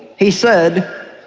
he said,